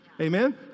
Amen